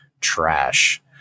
trash